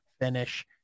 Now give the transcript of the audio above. finish